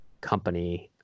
company